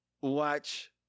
watch